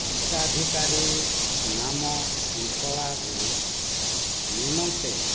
ହିତାଧିକାରୀ ନାମ କୁନ୍ତଳା ଗୁରୁ ନିମନ୍ତେ